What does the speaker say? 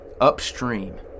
Upstream